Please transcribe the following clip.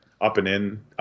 up-and-in